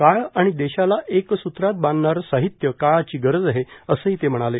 काळ आणि देशाला एकसूत्रात बांधणारे साहित्य काळाची गरज आहे असेही ते म्हणाले